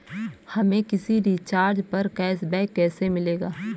हमें किसी रिचार्ज पर कैशबैक कैसे मिलेगा?